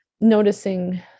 noticing